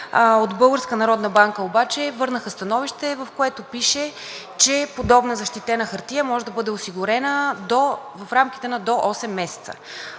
банка обаче върнаха становище, в което пише, че подобна защитена хартия може да бъде осигурена в рамките на до осем месеца,